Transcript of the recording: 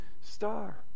star